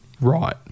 right